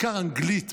בעיקר אנגלית,